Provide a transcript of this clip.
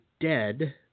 dead